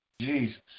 Jesus